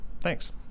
Thanks